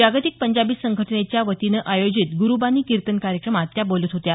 जागतिक पंजाबी संघटनेच्या वतीनं आयोजित गुरुबानी कीर्तन कार्यक्रमात त्या बोलत होत्या